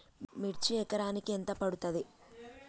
మిర్చి ఎకరానికి ఎంత పండుతది?